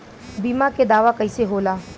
बीमा के दावा कईसे होला?